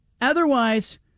Otherwise